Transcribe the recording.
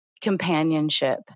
companionship